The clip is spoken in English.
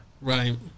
Right